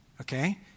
okay